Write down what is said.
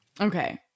Okay